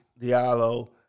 Diallo